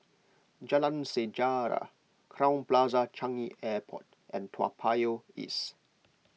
Jalan Sejarah Crowne Plaza Changi Airport and Toa Payoh East